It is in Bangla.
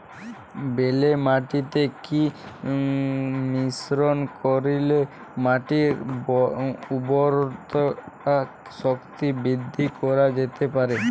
বেলে মাটিতে কি মিশ্রণ করিলে মাটির উর্বরতা শক্তি বৃদ্ধি করা যেতে পারে?